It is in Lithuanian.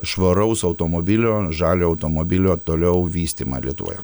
švaraus automobilio žalio automobilio toliau vystymą lietuvoje